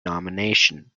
nomination